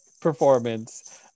performance